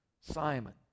Simon